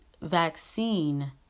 vaccine